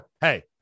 hey